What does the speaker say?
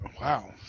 wow